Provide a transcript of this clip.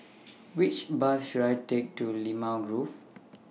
Which Bus should I Take to Limau Grove